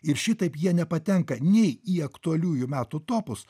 ir šitaip jie nepatenka nei į aktualiųjų metų topus